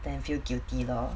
then feel guilty lor